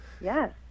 Yes